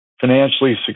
financially